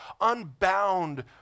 unbound